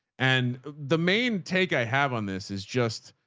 and the main take i have on this is just,